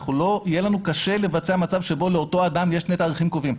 יהיה לנו קשה לבצע מצב שבו לאותו אדם יש שני תאריכים קובעים.